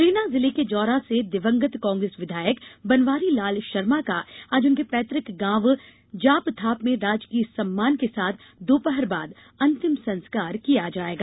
मुरैना जिले के जौरा से दिवंगत कांग्रेस विधायक बनवारीलाल शर्मा का आज उनके पैतुक गांव जापथाप में राजकीय सम्मान के साथ दोपहर बाद अंतिम संस्कार किया जायेगा